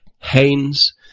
Haynes